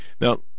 Now